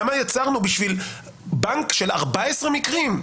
למה, בשביל בנק של 14 מקרים,